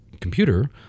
computer